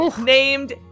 named